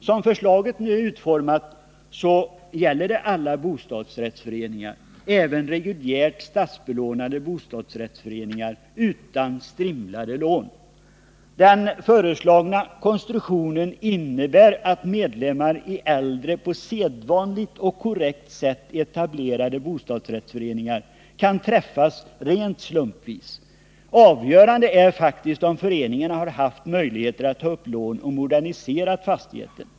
Som förslaget nu är utformat gäller det alla bostadsrättsföreningar, även föreningar med reguljärt statsbelånade bostadsrättslägenheter utan strimlade lån. Den föreslagna konstruktionen innebär att medlemmar i äldre, på sedvanligt och korrekt sätt etablerade, bostadsrättsföreningar kan drabbas rent slumpvis. Avgörande är faktiskt om föreningen haft möjligheter att ta upp lån och modernisera fastigheten.